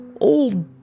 old